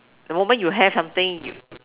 the moment you have something you